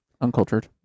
Uncultured